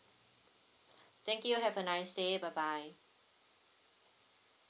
thank you have a nice day bye bye